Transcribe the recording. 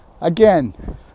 again